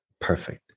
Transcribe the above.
Perfect